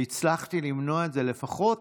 והצלחתי למנוע את זה, לפחות